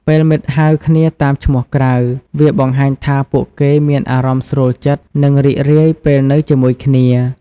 ពេលមិត្តហៅគ្នាតាមឈ្មោះក្រៅ វាបង្ហាញថាពួកគេមានអារម្មណ៍ស្រួលចិត្ត និងរីករាយពេលនៅជាមួយគ្នា។